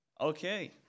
Okay